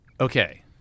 okay